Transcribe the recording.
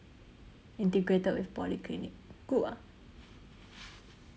integrated with polyclinic good [what]